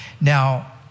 Now